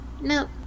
nope